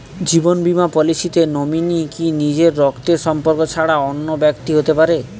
জীবন বীমা পলিসিতে নমিনি কি নিজের রক্তের সম্পর্ক ছাড়া অন্য ব্যক্তি হতে পারে?